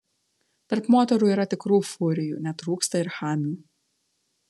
tarp moterų yra tikrų furijų netrūksta ir chamių